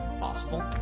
possible